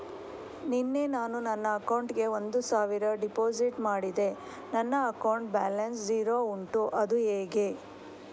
ನಿನ್ನೆ ನಾನು ನನ್ನ ಅಕೌಂಟಿಗೆ ಒಂದು ಸಾವಿರ ಡೆಪೋಸಿಟ್ ಮಾಡಿದೆ ನನ್ನ ಅಕೌಂಟ್ ಬ್ಯಾಲೆನ್ಸ್ ಝೀರೋ ಉಂಟು ಅದು ಹೇಗೆ?